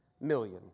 million